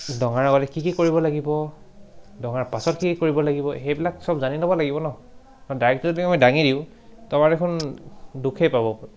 দঙাৰ আগলৈ কি কি কৰিব লাগিব দঙাৰ পাছত কি কি কৰিব লাগিব সেইবিলাক চব জানি ল'ব লাগিব ন ডাইৰেক্টটো যদি মই দাঙি দিওঁ তোমাৰ দেখোন দুখেই পাব